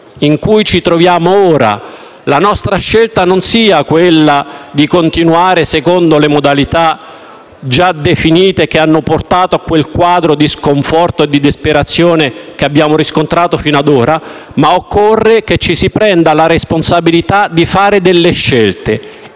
in cui ci troviamo ora, la nostra scelta non sia quella di continuare secondo le modalità già definite che hanno portato a quel quadro di sconforto e di disperazione che abbiamo riscontrato fino ad ora; occorre che ci si prenda la responsabilità di fare delle scelte.